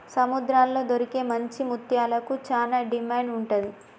సముద్రాల్లో దొరికే మంచి ముత్యాలకు చానా డిమాండ్ ఉంటది